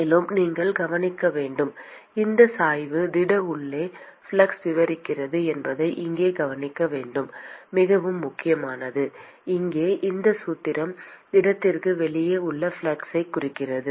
மற்றும் நீங்கள் கவனிக்க வேண்டும் இந்த சாய்வு திட உள்ளே ஃப்ளக்ஸ் விவரிக்கிறது என்பதை இங்கே கவனிக்க மிகவும் முக்கியமானது இங்கே இந்த சூத்திரம் திடத்திற்கு வெளியே உள்ள ஃப்ளக்ஸைக் குறிக்கிறது